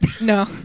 No